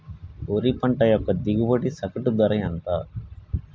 వరి పంట యొక్క దిగుబడి సగటు ధర ఎంత?